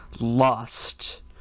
lost